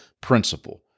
principle